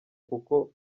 kuko